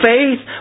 Faith